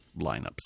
lineups